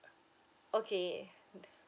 okay